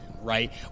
right